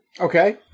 Okay